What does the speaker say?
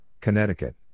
Connecticut